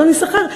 אדון יששכר,